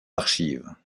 archives